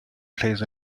plays